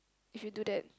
if you do that